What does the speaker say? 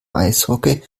eishockey